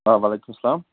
آ وعلیکُم سلام